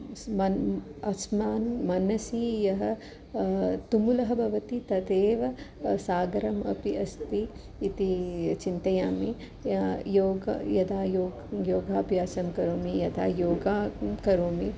स् मन् अस्मान् मनसि यः तुमुलः भवति तदेव सागरम् अपि अस्ति इति चिन्तयामि योगः यदा योगः योगाभ्यासं करोमि यदा योगा करोमि